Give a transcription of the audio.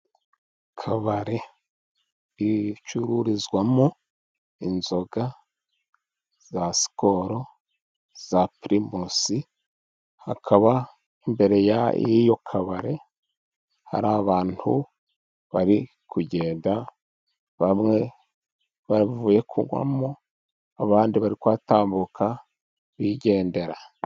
Kabare icururizwamo inzoga za sikoro, iza pirimusi, hakaba imbere y'iyo kabare hari abantu bari kugenda. Bamwe bavuye kunywamo, abandi barikuhatambuka bigendera.